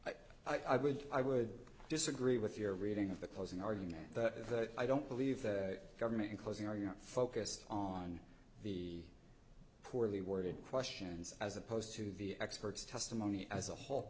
would i would disagree with your reading of the closing argument that i don't believe that government in closing argument focused on the poorly worded questions as opposed to the experts testimony as a whole